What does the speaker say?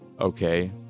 okay